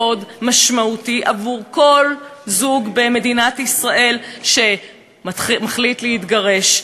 משמעותי עבור כל זוג במדינת ישראל שמחליט להתגרש.